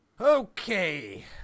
Okay